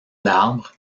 l’arbre